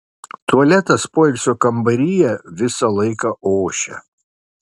tualetas poilsio kambaryje visą laiką ošia